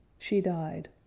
she died.